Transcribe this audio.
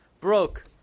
broke